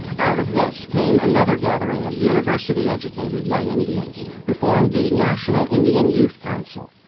out of this came another gathering of university-educated young indians who formed the national indian youth council.